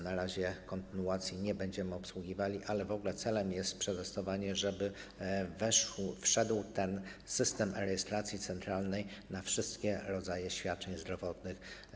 Na razie kontynuacji nie będziemy obsługiwali, ale w ogóle celem jest przetestowanie, żeby wszedł ten system e-rejestracji centralnej, jeśli chodzi o wszystkie rodzaje świadczeń zdrowotnych.